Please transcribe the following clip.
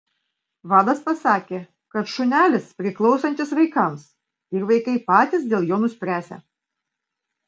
vadas pasakė kad šunelis priklausantis vaikams ir vaikai patys dėl jo nuspręsią